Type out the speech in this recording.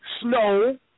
snow